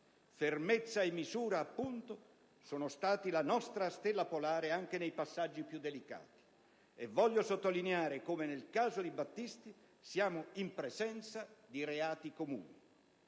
Fermezza e misura, appunto, sono state la nostra stella polare anche nei passaggi più delicati. E voglio sottolineare come, nel caso di Battisti, siamo in presenza di reati comuni.